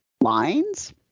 lines